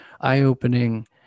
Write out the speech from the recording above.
Eye-opening